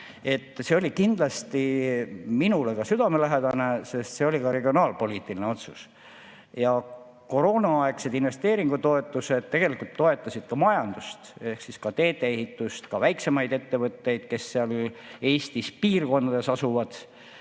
See oli kindlasti minule südamelähedane, sest see oli ka regionaalpoliitiline otsus. Koroonaaegsed investeeringutoetused tegelikult toetasid majandust ehk ka tee-ehitust, ka väiksemaid ettevõtteid, kes Eestis eri piirkondades asuvad,